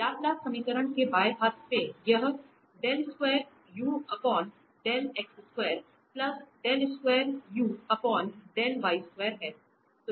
Laplace समीकरण के बाएं हाथ में यह है